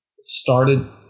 started